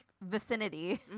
vicinity